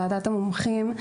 ועדת המומחים.